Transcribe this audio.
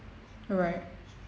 right